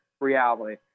reality